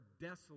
desolate